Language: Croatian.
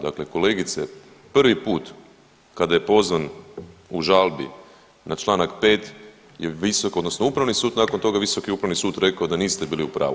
Dakle kolegice, prvi put kada je pozvan u žalbi na čl. 5 je visok, odnosno upravni sud nakon toga Visoki upravni sud rekao da niste bili u pravu.